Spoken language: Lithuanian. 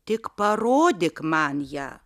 tik parodyk man ją